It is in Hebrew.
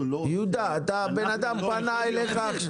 אנחנו לא --- יהודה, בן אדם פנה אליך.